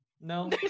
no